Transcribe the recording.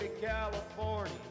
California